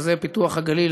וזה פיתוח הגליל,